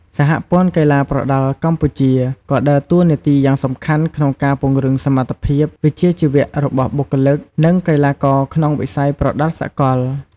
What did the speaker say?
សហព័ន្ធកីឡាប្រដាល់កម្ពុជា ក៏ដើរតួនាទីយ៉ាងសំខាន់ក្នុងការពង្រឹងសមត្ថភាពវិជ្ជាជីវៈរបស់បុគ្គលិក និងកីឡាករក្នុងវិស័យប្រដាល់សកល។